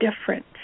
different